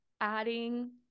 adding